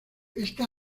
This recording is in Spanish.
está